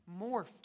morphed